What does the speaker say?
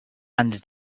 and